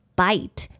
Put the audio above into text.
bite